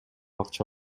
акча